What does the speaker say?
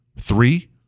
Three